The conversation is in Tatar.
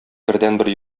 бердәнбер